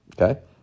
okay